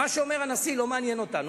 מה שאומר הנשיא לא מעניין אותנו.